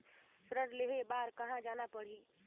ऋण लेहे बार कहा जाना पड़ही?